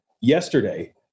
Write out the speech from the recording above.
yesterday